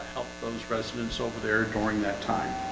those residents over there during that time